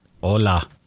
hola